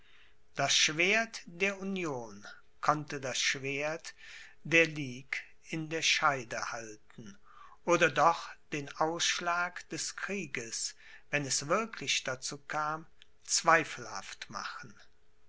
das schwert der union konnte das schwert der ligue in der scheide halten oder doch den ausschlag des krieges wenn es wirklich dazu kam zweifelhaft machen